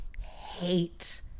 hate